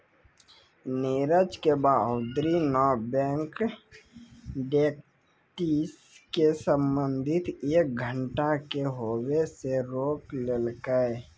नीरज के बहादूरी न बैंक डकैती से संबंधित एक घटना के होबे से रोक लेलकै